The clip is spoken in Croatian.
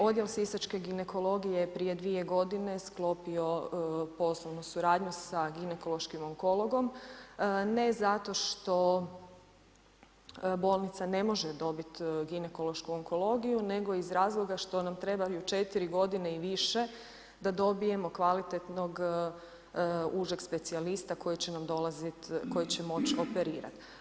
Odjel sisačke ginekologije je prije 2 godine, sklopio poslovnu suradnju sa ginekološkim onkologom, ne zato što bolnica ne može dobit ginekološku onkologiju, nego iz razloga što nam trebaju 4 godine i više, da dobijemo kvalitetnog užeg specijalista koji će nam dolazit, koji će moć operirat.